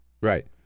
Right